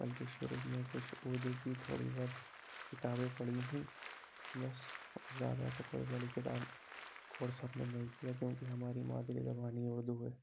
بلکہ شروع میں کچھ اردو کی تھوڑی بہت کتابیں پڑھی تھیں بس اور زیادہ تو کوئی بڑی کتاب کورس ہم نے نہیں کیا کیوں کہ ہماری مادری زبان ہی اردو ہے